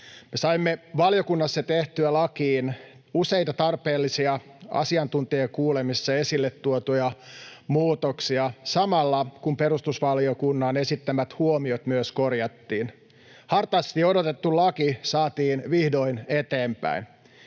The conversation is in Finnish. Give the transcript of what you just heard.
saimme valiokunnassa tehtyä lakiin useita tarpeellisia, asiantuntijakuulemisessa esille tuotuja muutoksia samalla, kun perustusvaliokunnan esittämät huomiot myös korjattiin. Hartaasti odotettu laki saatiin vihdoin eteenpäin.